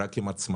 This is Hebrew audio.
רק עם הצמדה.